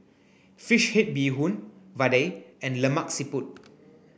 fish head Bee Hoon Vadai and Lemak Siput